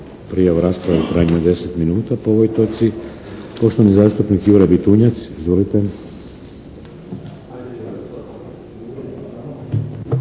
prijavu rasprave u trajanju od 10 dana po ovoj točci. Poštovani zastupnik Jure Bitunjac. Izvolite.